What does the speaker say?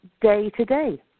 day-to-day